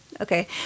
Okay